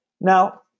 Now